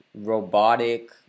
robotic